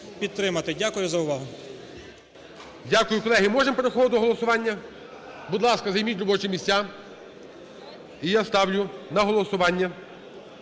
Дякую за увагу.